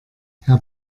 herr